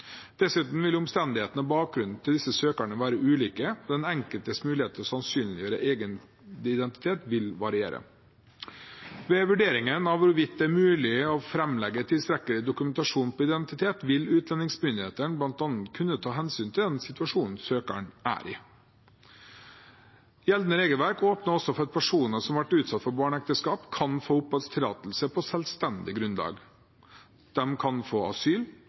Dessuten vil omstendighetene og bakgrunnen til disse søkerne være ulike, og den enkeltes muligheter til å sannsynliggjøre egen identitet vil variere. Ved vurderingen av hvorvidt det er mulig å framlegge tilstrekkelig dokumentasjon på identitet, vil utlendingsmyndighetene bl.a. kunne ta hensyn til den situasjonen søkeren er i. Gjeldende regelverk åpner også for at personer som har vært utsatt for barneekteskap, kan få oppholdstillatelse på selvstendig grunnlag. De kan få asyl